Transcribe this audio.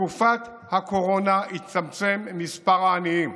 בתקופת הקורונה הצטמצם מספר העניים,